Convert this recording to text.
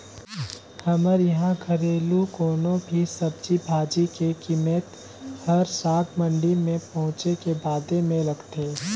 हमर इहां घरेलु कोनो भी सब्जी भाजी के कीमेत हर साग मंडी में पहुंचे के बादे में लगथे